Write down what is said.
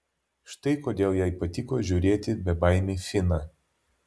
štai kodėl jai patiko žiūrėti bebaimį finą